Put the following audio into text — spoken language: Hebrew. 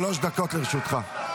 שלוש דקות לרשותך.